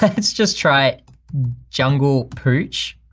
like let's just try jungle pooch.